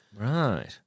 Right